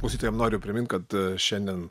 klausytojam noriu priminti kad šiandien